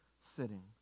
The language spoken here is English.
sitting